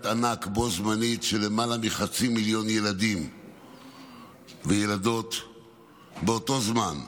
ענק של למעלה מחצי מיליון ילדים וילדות בו זמנית.